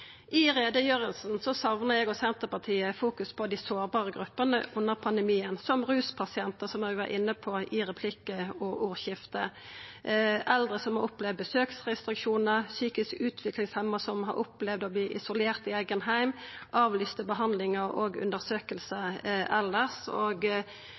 eg og Senterpartiet fokus på dei sårbare gruppene under pandemien, som ruspasientar, som eg var inne på i replikkordskiftet, eldre som har opplevd besøksrestriksjonar, psykisk utviklingshemma som har opplevd å verta isolerte i eigen heim, og avlyste behandlingar og